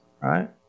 right